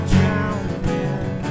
drowning